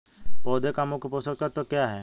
पौधे का मुख्य पोषक तत्व क्या हैं?